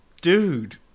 dude